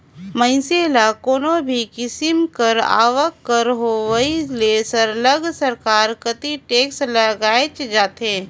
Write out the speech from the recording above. मइनसे ल कोनो भी किसिम कर आवक कर होवई में सरलग सरकार कती टेक्स लगाएच जाथे